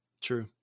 True